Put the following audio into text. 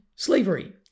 Slavery